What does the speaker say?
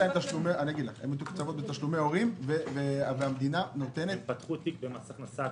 הן מתוקצבות מתשלומי הורים והמדינה נותנת --- הן פתחו תיק במס הכנסה?